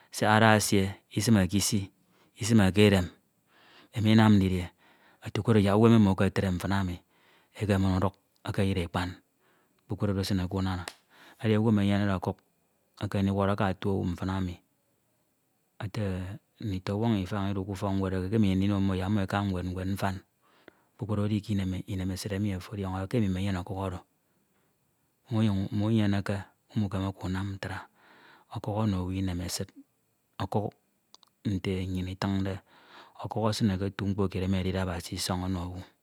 siak adaesie isimeke isi, isimeke edem, emo inam didie otu ke oro, yak uwem emo etie mfin emi, ekemen uduk ekeyire ekpan, edi owu emi enyenede ọkuk ekeme ndiwọrọ aka otu owu mfin emi ete nditọñwọñ ifañ idu k’ufok ñwed emike emo inyem ndino mmo yak mmo aka ñwed mfan kpukpru oro edi k’inemesid emi afo ọdioñọ k’imo inenyene ọkuk oro munyuñ, munyeneke, umukemeke unam ntra. Ọkuk ono owu inem esid, okuk nte nnyin itiñde, okuk esine ke otu mkpo kied emi edide Abasi isọñ ono owu